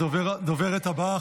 הדוברת הבאה,